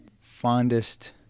fondest